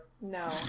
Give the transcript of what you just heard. No